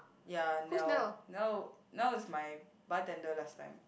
ya Niel Niel Niel is my bartender last time